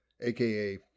aka